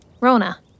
Rona